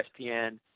ESPN